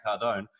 Cardone